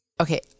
okay